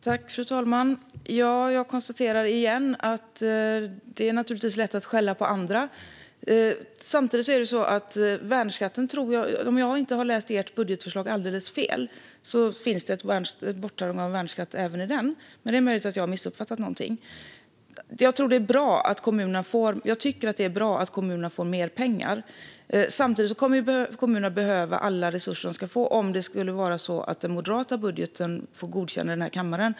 Fru talman! Jag konstaterar igen att det naturligtvis är lätt att skälla på andra. Om jag inte har läst ert budgetförslag alldeles fel finns det ett borttagande av värnskatten även i det. Men det är möjligt att jag har missuppfattat någonting. Jag tycker att det är bra att kommunerna får mer pengar. Samtidigt kommer kommunerna att behöva alla resurser de kan få om den moderata budgeten får godkännande i kammaren.